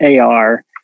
AR